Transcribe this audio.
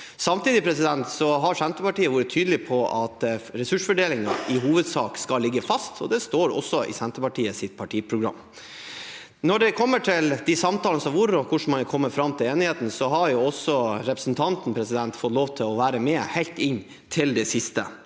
Samtidig har Senterpartiet vært tydelig på at ressursfordelingen i hovedsak skal ligge fast, og det står også i Senterpartiet sitt partiprogram. Når det gjelder de samtalene som har vært, og hvordan man har kommet fram til enigheten, har jo også representanten fått lov til å være med, helt inn til det siste.